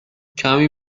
کمی